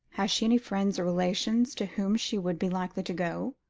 has she any friends or relations to whom she would be likely to go?